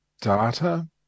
data